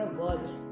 words